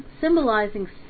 symbolizing